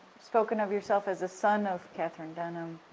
spoken of yourself as a son of katherine dunham.